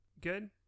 Good